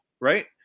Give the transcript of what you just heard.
Right